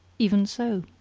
even so.